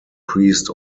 priest